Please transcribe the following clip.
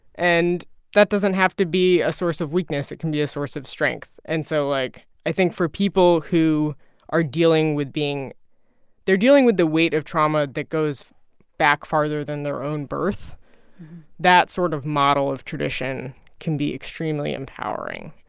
and that doesn't have to be a source of weakness. it can be a source of strength. and so, like, i think, for people who are dealing with being they're dealing with the weight of trauma that goes back farther than their own birth that sort of model of tradition can be extremely empowering.